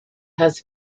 has